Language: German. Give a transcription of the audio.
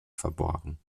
verborgen